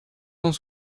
cent